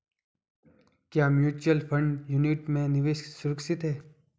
क्या mutual fund unit में निवेश सुरक्षित है?